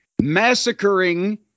massacring